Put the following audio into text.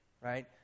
right